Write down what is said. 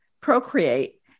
procreate